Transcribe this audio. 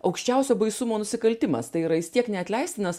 aukščiausio baisumo nusikaltimas tai yra jis tiek neatleistinas